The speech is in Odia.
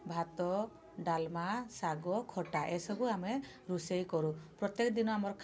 ଭାତ ଡାଲମା ଶାଗ ଖଟା ଏ ସବୁ ଆମେ ରୋଷେଇ କରୁ ପ୍ରତ୍ୟେକ ଦିନ ଆମର